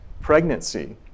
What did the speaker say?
pregnancy